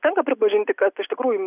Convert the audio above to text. tenka pripažinti kad iš tikrųjų